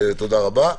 תודה רבה.